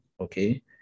okay